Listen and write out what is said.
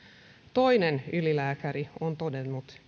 toinen ylilääkäri on todennut